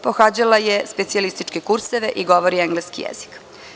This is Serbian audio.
Pohađala je specijalističke kurseve i govori engleski jezik.